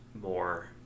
more